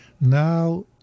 Now